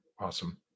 Awesome